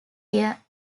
year